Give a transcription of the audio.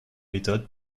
méthode